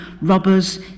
robbers